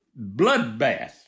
bloodbath